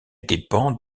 dépend